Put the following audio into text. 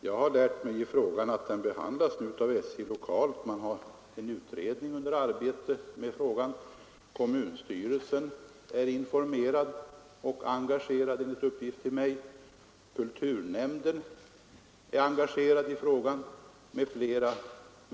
Jag har lärt mig att frågan nu behandlas av SJ lokalt — den är föremål för utredning. Kommunstyrelsen är informerad och engagerad, enligt uppgift till mig, liksom kulturnämnden m.fl.